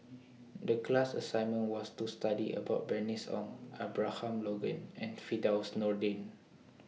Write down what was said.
The class assignment was to study about Bernice Ong Abraham Logan and Firdaus Nordin